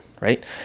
right